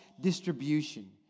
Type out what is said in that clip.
distribution